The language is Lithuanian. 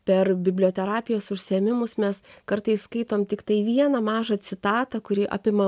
per biblioterapijos užsiėmimus mes kartais skaitom tiktai vieną mažą citatą kuri apima